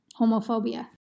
homophobia